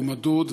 הוא מדוד,